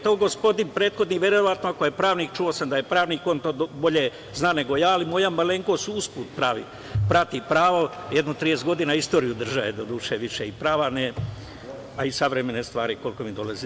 To gospodin prethodni, verovatno ako je pravnik, a čuo sam da je pravnik, on to bolje zna nego ja, ali moja malenkost usput prati pravo, jedno 30 godina istoriju države doduše više i prava, a i savremene stvari koliko mi dolazi.